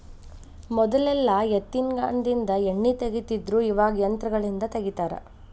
ಮೊದಲೆಲ್ಲಾ ಎತ್ತಿನಗಾನದಿಂದ ಎಣ್ಣಿ ತಗಿತಿದ್ರು ಇವಾಗ ಯಂತ್ರಗಳಿಂದ ತಗಿತಾರ